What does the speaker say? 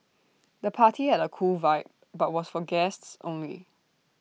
the party had A cool vibe but was for guests only